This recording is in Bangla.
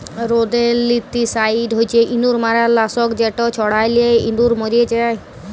রোদেল্তিসাইড হছে ইঁদুর মারার লাসক যেট ছড়ালে ইঁদুর মইরে যায়